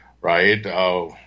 right